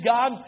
God